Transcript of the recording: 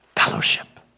Fellowship